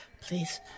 please